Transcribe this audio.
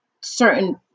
certain